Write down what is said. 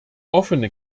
offene